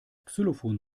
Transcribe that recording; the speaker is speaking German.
xylophon